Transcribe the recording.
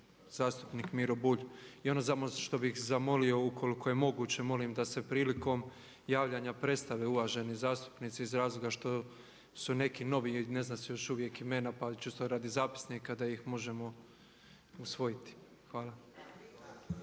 zastupnik Miro Bulj. I ono samo što bih zamolio ukoliko je moguće molim da se prilikom javljanja predstave uvaženi zastupnici iz razloga što su neki novi i ne znaju se još uvijek imena pa čisto radi zapisnika da ih možemo usvojiti. **Bulj,